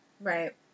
Right